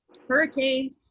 hurricanes,